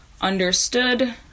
understood